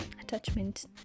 attachment